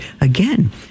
again